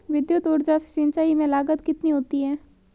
विद्युत ऊर्जा से सिंचाई में लागत कितनी होती है?